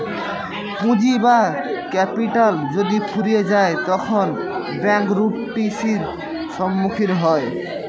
পুঁজি বা ক্যাপিটাল যদি ফুরিয়ে যায় তখন ব্যাঙ্ক রূপ টি.সির সম্মুখীন হয়